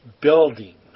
building